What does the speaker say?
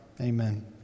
Amen